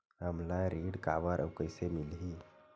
हमला ऋण काबर अउ कइसे मिलही?